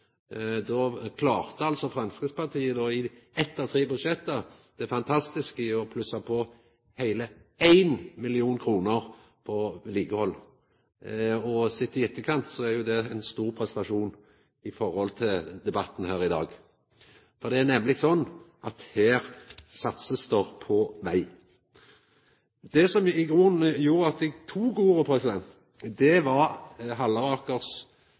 Då klarte altså Framstegspartiet i eitt av tre budsjett det fantastiske å plussa på heile 1 mill. kr til vedlikehald! Sett i etterkant er jo det ein stor prestasjon i forhold til debatten her i dag. For det er nemleg slik at her blir det satsa på veg. Det som i grunnen gjorde at eg tok ordet, var Hallerakers